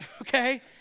okay